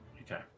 Okay